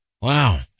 Wow